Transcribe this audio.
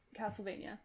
Castlevania